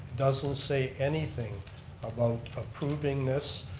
doesn't say anything about approving this.